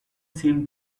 seemed